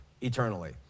eternally